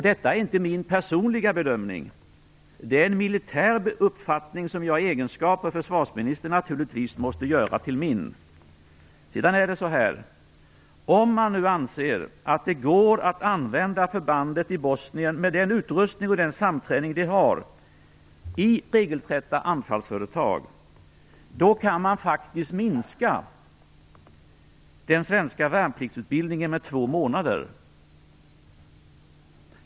Detta är inte min personliga bedömning. Det är en militär uppfattning, som jag i egenskap av försvarsminister naturligtvis måste göra till min. Om man nu anser att det går att använda förbandet i Bosnien, med den utrustning och den samträning de har, i regelrätta anfallsföretag, kan man faktiskt minska den svenska värnpliktsutbildningen med två månader.